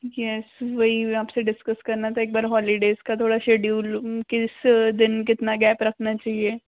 yes वही आप से डिस्कस करना था एक बार हॉलिडेज़ का थोड़ा सेड्यूल किस दिन कितना गैप रखना चाहिए